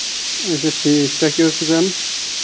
اَچھا ٹھیٖک تۄہہِ کیٛاہ حظ چھُ مینُن